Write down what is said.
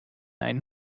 einen